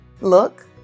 look